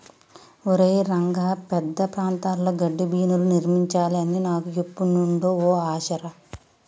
ఒరై రంగ పెద్ద ప్రాంతాల్లో గడ్డిబీనులు నిర్మించాలి అని నాకు ఎప్పుడు నుండో ఓ ఆశ రా